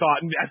thought